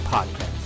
Podcast